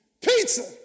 pizza